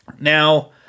Now